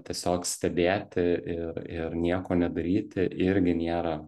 tiesiog stebėti ir ir nieko nedaryti irgi niera